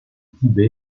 tibet